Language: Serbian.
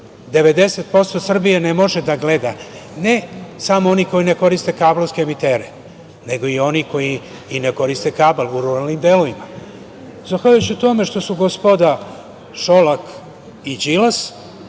90% Srbije ne može da gleda, ne samo oni koji ne koriste kablovske emitere, nego i oni koji ne koriste i kabal, u ruralnim delovima. Zahvaljujući tome što su gospoda Šolak i Đilas